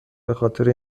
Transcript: بخاطر